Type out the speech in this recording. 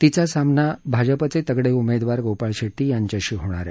तिचा सामना भाजपचे तगडे उमेदवार गोपाळ शेट्टी यांच्याशी होणार आहे